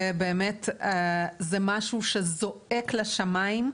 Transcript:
ובאמת זה משהו שזועק לשמיים.